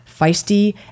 feisty